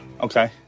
Okay